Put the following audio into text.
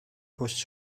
post